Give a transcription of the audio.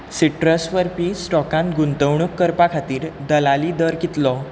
citrus वरवीं स्टॉकांत गुंतवणूक करपा खातीर दलाली दर कितलो